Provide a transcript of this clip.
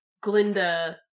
glinda